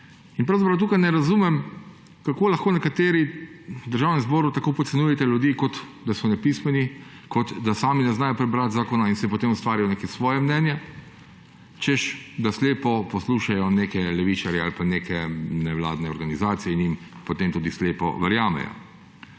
Pravzaprav tukaj ne razumem, kako lahko nekateri v Državnem zboru tako podcenjujete ljudi, kot da so nepismeni, kot da sami ne znajo prebrati zakona in si potem ustvarijo neko svoje mnenje, češ da slepo poslušajo neke levičarje ali pa neke nevladne organizacije in jim potem tudi slepo verjamejo.